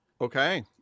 okay